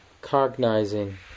cognizing